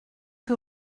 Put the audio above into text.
que